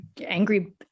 angry